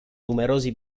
numerosi